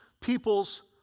people's